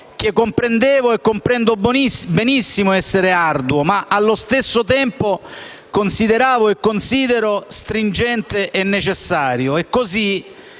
che comprendevo e comprendo benissimo essere arduo, ma che, allo stesso tempo, consideravo e considero stringente e necessario. Così,